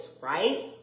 right